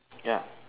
yup